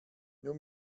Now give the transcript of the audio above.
nur